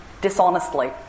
dishonestly